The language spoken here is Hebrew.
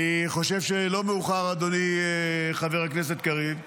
אני חושב שלא מאוחר, אדוני חבר הכנסת קריב.